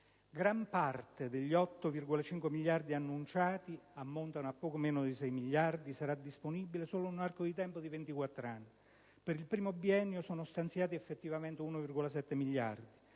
Gran parte degli 8,5 miliardi di euro annunciati (ammontante però a poco meno di 6 miliardi) sarà disponibile solo in un arco di tempo di 24 anni. Per il primo biennio sono stanziati effettivamente 1,7 miliardi